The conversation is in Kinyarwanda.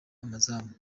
amazamu